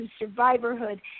survivorhood